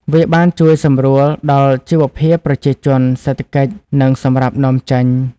វាបានជួយសម្រួលដល់ជីវភាពប្រជាជន សេដ្ឋកិច្ច និងសម្រាប់នាំចេញ។